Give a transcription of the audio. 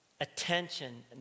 attention